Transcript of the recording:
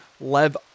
Lev